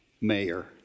mayor